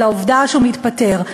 על העובדה שהוא מתפטר.